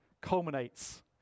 culminates